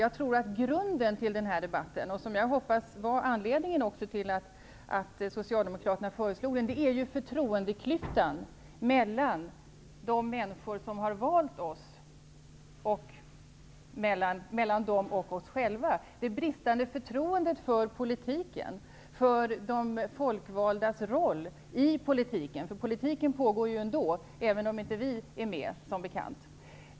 Jag tror att grunden till den här debatten, vilket jag hoppas var anledningen till att socialdemokraterna föreslog den, är förtroendeklyftan mellan de människor som har valt oss och oss själva. Grunden är det bristande förtroendet för politiken och för de folkvaldas roll i politiken. Politiken pågår ändå, även om inte vi är med, som bekant.